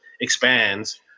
expands